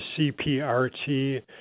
CPRT